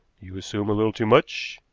you assume a little too much.